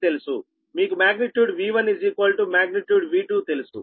మీకు magnitude |V1 | magnitude |V2 | తెలుసు